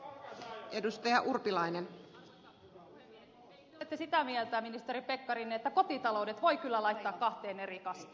eli te olette sitä mieltä ministeri pekkarinen että kotitaloudet voi kyllä laittaa kahteen eri kastiin